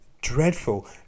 dreadful